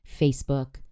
Facebook